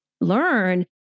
learn